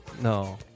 No